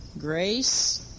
grace